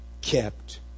kept